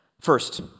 First